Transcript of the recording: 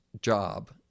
job